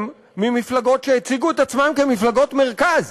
ממפלגות שהציגו את עצמן כמפלגות מרכז.